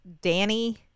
Danny